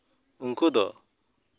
ᱩᱱᱠᱩ ᱫᱚ